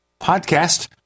podcast